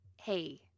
hey